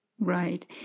Right